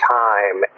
time